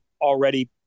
already